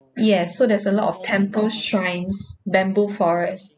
yes so there's a lot of temple shrines bamboo forest